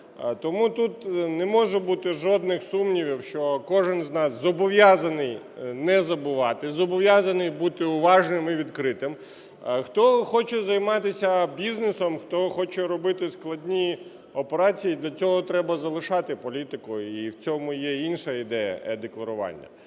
Тому тут не може бути жодних сумнівів, що кожен з нас зобов'язаний не забувати, зобов'язаний бути уважним і відкритим. Хто хоче займатися бізнесом, хто хоче робити складні операції, для цього треба залишати політику і в цьому є інша ідея е-декларування.